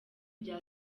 rya